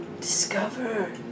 Discover